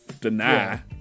deny